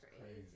crazy